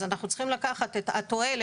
אז אנחנו צריכים לקחת את התועלת,